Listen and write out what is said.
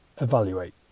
evaluate